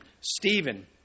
Stephen